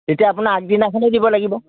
এতিয়া আপোনাৰ আগদিনাখনেই দিব লাগিব